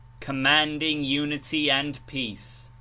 commanding unity and peace,